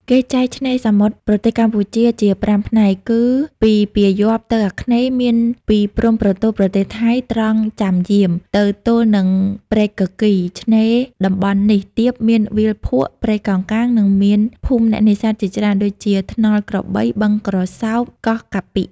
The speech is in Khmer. គេចែកឆ្នេរសមុទ្រប្រទេសកម្ពុជាជា ៥ ផ្នែក គឺពីពាយ័ព្យទៅអាគ្នេយ៍មានពីព្រំប្រទល់ប្រទេសថៃ ត្រង់ ចាំយាម ទៅទល់នឹងព្រែកគគីរ ឆ្នេរតំបន់នេះទាប មានវាលភក់ ព្រៃកោងកាង និងមានភូមិអ្នកនេសាទជាច្រើន ដូចជា ថ្នល់ក្របី បឹងក្រសោប កោះកាពិ។